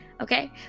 Okay